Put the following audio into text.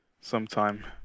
Sometime